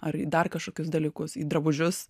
ar į dar kažkokius dalykus į drabužius